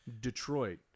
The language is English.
Detroit